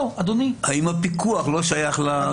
האם הפיקוח לא שייך למשרד המשפטים?